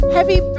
Happy